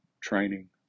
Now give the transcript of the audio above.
training